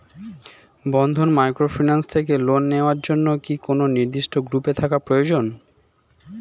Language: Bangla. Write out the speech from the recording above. বন্ধন মাইক্রোফিন্যান্স থেকে লোন নেওয়ার জন্য কি কোন নির্দিষ্ট গ্রুপে থাকা প্রয়োজন?